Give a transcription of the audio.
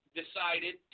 decided